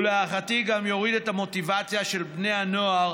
ולהערכתי גם יוריד את המוטיבציה של בני הנוער